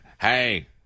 hey